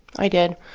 i did.